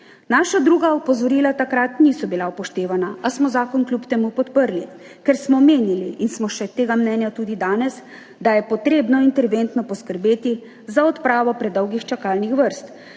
Naša druga opozorila takrat niso bila upoštevana, a smo zakon kljub temu podprli, ker smo menili, in smo tega mnenja še tudi danes, da je potrebno interventno poskrbeti za odpravo predolgih čakalnih vrst,